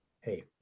hey